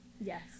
Yes